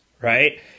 right